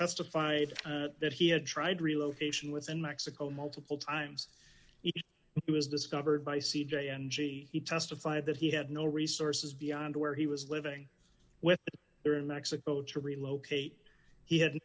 testified that he had tried relocation with in mexico multiple times it was discovered by c j and g he testified that he had no resources beyond where he was living with there in mexico to relocate he had